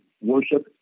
worship